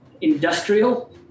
industrial